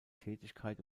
tätigkeit